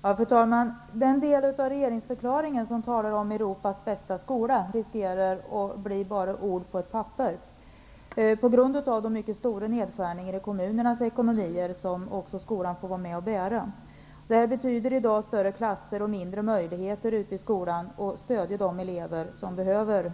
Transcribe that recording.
Fru talman! Den del av regeringsförklaringen som beskriver Sveriges bästa skola riskerar att bara bli ord på ett papper på grund av de mycket stora nedskärningarna i kommunernas ekonomi som också skolan får ta konsekvenserna av. Det innebär att det i dag blir större skolklasser och sämre möjligheter för skolorna att stödja de elever som behöver